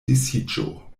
disiĝo